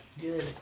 Good